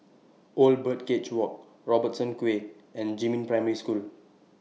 Old Birdcage Walk Robertson Quay and Jiemin Primary School